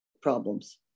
problems